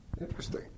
Interesting